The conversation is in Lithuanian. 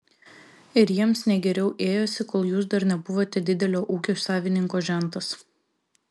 ir jiems ne geriau ėjosi kol jūs dar nebuvote didelio ūkio savininko žentas